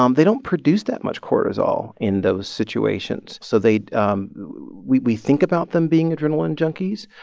um they don't produce that much cortisol in those situations. so they um we we think about them being adrenaline junkies.